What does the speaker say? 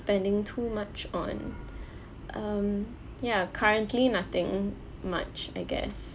spending too much on um ya currently nothing much I guess